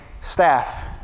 staff